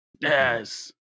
yes